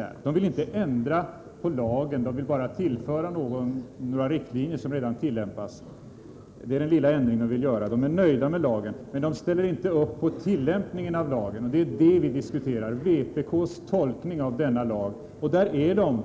Vpk-arna vill inte ändra på lagen utan bara tillföra några riktlinjer, som redan tillämpas. Det är denna lilla ändring de vill ha. De är nöjda med lagen, men ställer inte upp på tillämpningen av den. Diskussionen handlar alltså om vpk:s tolkning av denna lag. Frågan rör